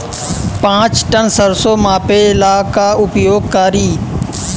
पाँच टन सरसो मापे ला का उपयोग करी?